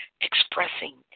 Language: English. expressing